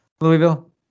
Louisville